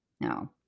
No